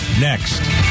next